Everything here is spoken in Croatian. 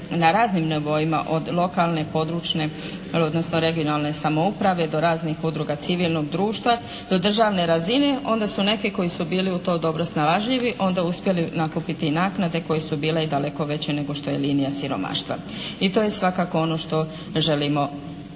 na raznim nivoima od lokalne, područne odnosno regionalne samouprave do raznih udruga civilnog društva do državne razine onda su neki koji su bili u tom dobro snalažljivi onda uspjeli nakupiti i naknade koje su bile i daleko veće nego što je linija siromaštva i to je svakako ono što želimo izbjeći.